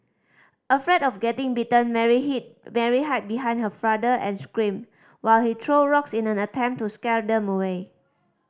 afraid of getting bitten Mary hid Mary hide behind her father and screamed while he threw rocks in an attempt to scare them away